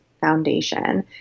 Foundation